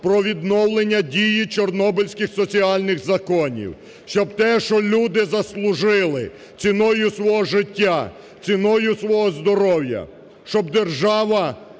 про відновлення дії чорнобильських соціальних законів. Щоб те, що люди заслужили ціною свого життя, ціною свого здоров'я, щоб держава